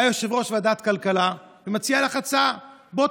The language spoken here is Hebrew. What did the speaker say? בא יושב-ראש ועדת הכלכלה ומציע לך הצעה: בואי,